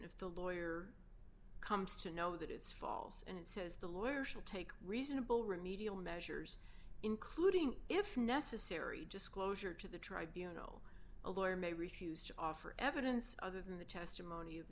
if the lawyer comes to know that it's false and it says the lawyers will take reasonable remedial measures including if necessary just closure to the tribe you know a lawyer may refuse to offer evidence other than the testimony